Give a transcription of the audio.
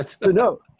no